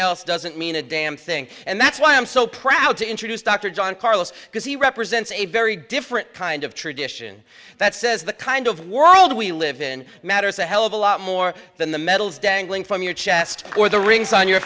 else doesn't mean a damn thing and that's why i'm so proud to introduce dr john carlos because he represents a very different kind of tradition that says the kind of world we live in matters a hell of a lot more than the medals dangling from your chest or the rings on your